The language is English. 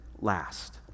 last